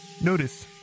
Notice